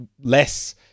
less